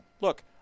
Look